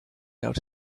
out